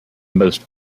most